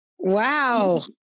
Wow